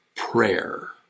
Prayer